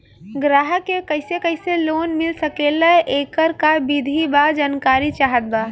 ग्राहक के कैसे कैसे लोन मिल सकेला येकर का विधि बा जानकारी चाहत बा?